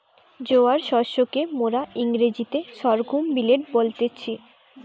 জোয়ার শস্যকে মোরা ইংরেজিতে সর্ঘুম মিলেট বলতেছি